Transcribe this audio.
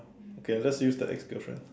okay let's use the ex girlfriend